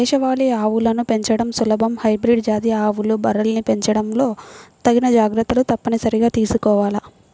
దేశవాళీ పశువులను పెంచడం సులభం, హైబ్రిడ్ జాతి ఆవులు, బర్రెల్ని పెంచడంలో తగిన జాగర్తలు తప్పనిసరిగా తీసుకోవాల